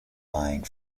line